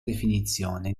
definizione